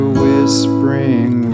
whispering